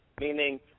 meaning